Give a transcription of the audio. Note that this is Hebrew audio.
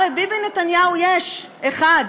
הרי ביבי נתניהו יש, אחד.